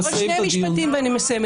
עוד שני משפטים ואני מסיימת.